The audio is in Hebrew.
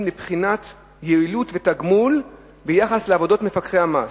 לבחינת יעילות ולתגמול על עבודות מפקחי המס,